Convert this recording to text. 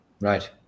Right